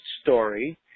story